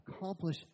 accomplish